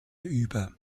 über